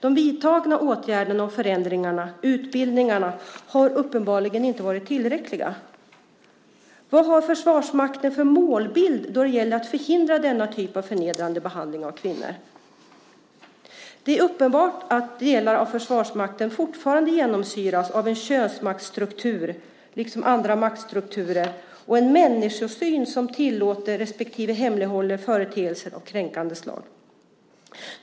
De vidtagna åtgärderna, förändringarna och utbildningarna, har uppenbarligen inte varit tillräckliga. Vad har Försvarsmakten för målbild då det gäller att förhindra denna typ av förnedrande behandling av kvinnor? Det är uppenbart att delar av Försvarsmakten fortfarande genomsyras av en könsmaktsstruktur liksom andra maktstrukturer och en människosyn som tillåter respektive hemlighåller företeelser av kränkande slag.